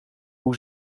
hoe